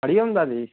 हरिओम दादी